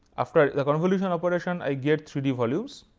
after the convolution operation, i get three d volumes.